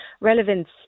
relevance